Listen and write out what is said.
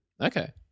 Okay